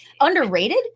underrated